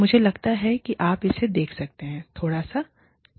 मुझे लगता है आप इसे देख सकते हैं थोड़ा सा ठीक है